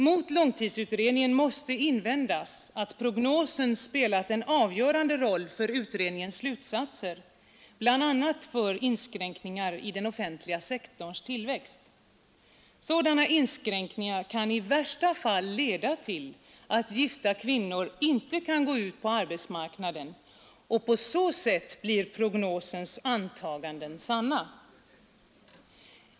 Mot långtidsutredningen måste invändas att prognosen spelat en avgörande roll för utredningens slutsatser, bl.a. för inskränkningar i den offentliga sektorns tillväxt. Sådana inskränkningar kan i värsta fall leda till att gifta kvinnor inte kan gå ut på arbetsmarknaden, och på så sätt blir prognosens antaganden sanna.